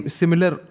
similar